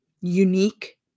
unique